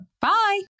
Bye